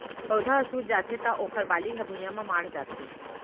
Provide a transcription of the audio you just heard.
पउधा ह सूत जाथे त ओखर बाली ह भुइंया म माढ़ जाथे